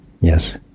yes